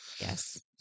Yes